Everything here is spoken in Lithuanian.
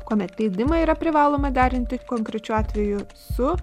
kuomet leidimai yra privaloma derinti konkrečiu atveju su